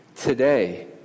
Today